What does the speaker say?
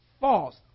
false